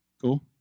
Cool